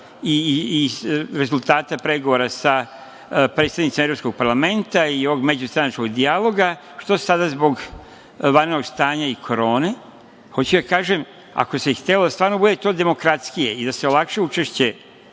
i rezultata pregovora sa predstavnicima Evropskog parlamenta i ovog međustranačkog dijaloga, što sada zbog vanrednog stanja i korone. Hoću da kažem, ako se stvarno htelo da to bude demokratskije i da se olakša učešće